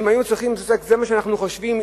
שאם היו צריכים להתעסק, זה מה שאנחנו חושבים?